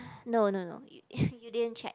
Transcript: no no no you didn't check